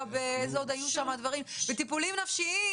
טיפולים נפשיים.